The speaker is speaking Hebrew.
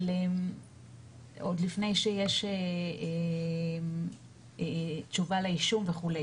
אבל עוד לפני שיש תשובה לאישום וכו'.